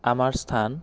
আমাৰ স্থান